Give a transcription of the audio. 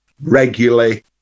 regularly